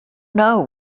know